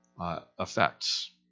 effects